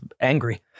angry